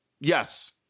Yes